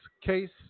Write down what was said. case